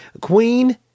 queen